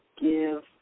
give